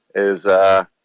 is a